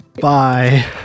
bye